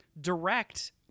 direct